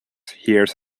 hears